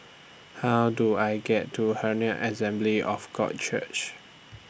How Do I get to Herald Assembly of God Church